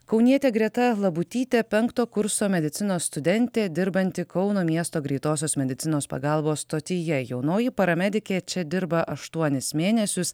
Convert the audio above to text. kaunietė greta labutytė penkto kurso medicinos studentė dirbanti kauno miesto greitosios medicinos pagalbos stotyje jaunoji paramedikė čia dirba aštuonis mėnesius